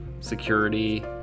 security